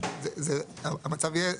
אז המצב יהיה,